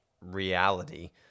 reality